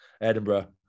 Edinburgh